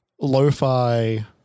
lo-fi